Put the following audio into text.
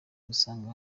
utasanga